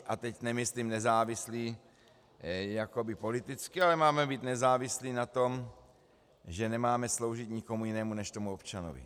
A teď nemyslím nezávislí jakoby politicky, ale máme být nezávislí na tom, že nemáme sloužit nikomu jinému než občanovi.